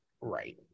Right